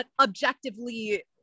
objectively